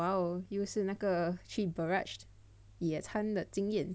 !wow! 又是那个去 barrage 野餐的经验